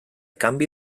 canvi